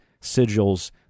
sigils